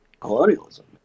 colonialism